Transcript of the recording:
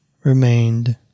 remained